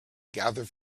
gather